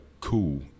cool